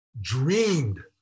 dreamed